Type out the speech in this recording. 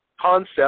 concept